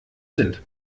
sind